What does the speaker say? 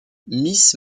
miss